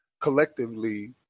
Collectively